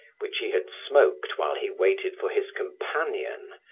which he had smoked while he waited for his companion,